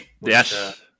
yes